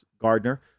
Gardner